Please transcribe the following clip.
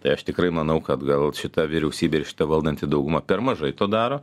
tai aš tikrai manau kad gal šita vyriausybė ir šita valdanti dauguma per mažai to daro